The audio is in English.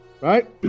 right